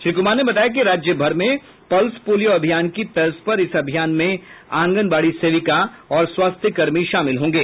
श्री कुमार ने बताया कि राज्य भर में पल्स पोलियो अभियान की तर्ज पर इस अभियान में आंगनबाड़ी सेविका और स्वास्थ्य कर्मी शामिल होंगे